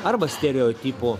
arba stereotipų